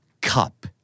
cup